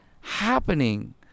happening